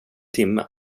timme